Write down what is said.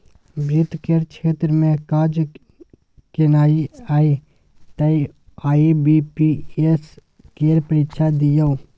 वित्त केर क्षेत्र मे काज केनाइ यै तए आई.बी.पी.एस केर परीक्षा दियौ